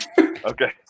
Okay